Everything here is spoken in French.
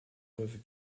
peuvent